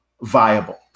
viable